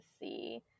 see